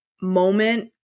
moment